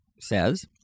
says